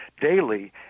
daily